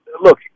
look